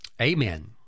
Amen